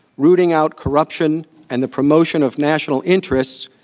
rooting out corruption and the promotion of national interests,